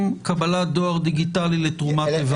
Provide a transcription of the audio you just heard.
קבלת דואר דיגיטלי לתרומת איברים?